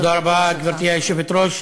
תודה רבה, גברתי היושבת-ראש.